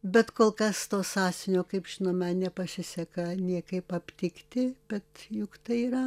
bet kol kas to sąsiuvinio kaip žinome nepasiseka niekaip aptikti bet juk tai yra